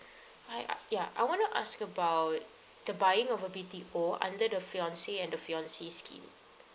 hi ah yeah I want to ask about the buying of a B_T_O under the fiance and the fiancee scheme